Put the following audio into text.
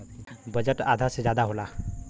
budget आधा से जादा होला